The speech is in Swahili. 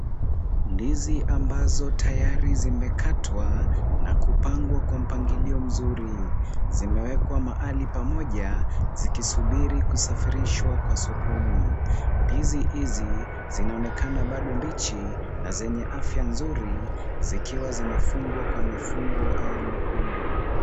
Ndizi ambazo tayari zimekatwa na kupangwa kwa mpangilio mzuri, zimewekwa mahali pamoja zikisubiri kusafirishwa kwa sokoni. Ndizi hizi zinaonekana bado mbichi na zenye afya nzuri zikiwa zimefungwa kwa mifungo au mkungu.